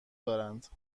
دارند